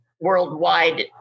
worldwide